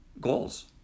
goals